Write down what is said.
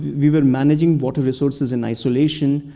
we were managing water resources in isolation.